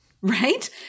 Right